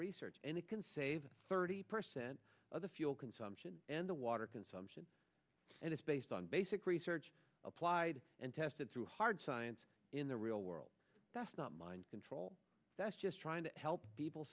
research and it can save thirty percent of the fuel consumption and the water consumption and it's based on basic research applied and tested through hard science in the real world that's not mind control that's just trying to help people